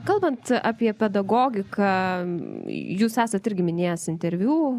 kalbant apie pedagogiką jūs esat irgi minėjęs interviu